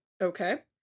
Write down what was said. Okay